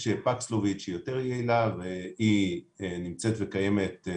יש Paxlovid שהיא יותר יעילה, והיא נמצאת וקיימת.